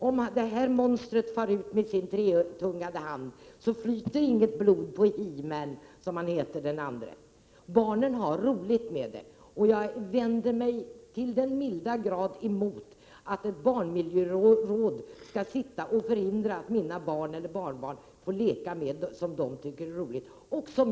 Om det här monstret far ut med sin tretungade hand, så flyter inget blod på Heman, som den andra figuren heter. Barnen har roligt med spelet, och jag vänder mig mycket bestämt mot att ett barnmiljöråd skall sitta och hindra mina barn eller barnbarn från att leka med det som de tycker är roligt.